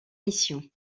missions